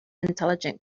intelligent